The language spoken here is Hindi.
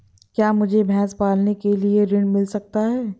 क्या मुझे भैंस पालने के लिए ऋण मिल सकता है?